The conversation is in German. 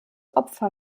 opfer